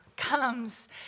comes